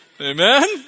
Amen